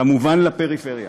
כמובן לפריפריה.